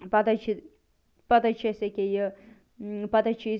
پتہٕ حظ چھِ پتہٕ حظ چھِ أسۍ أکہِ یہِ ٲں پتہٕ حظ چھِ أسۍ